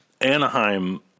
Anaheim